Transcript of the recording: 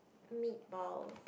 meatballs